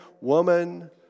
woman